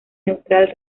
neutral